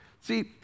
See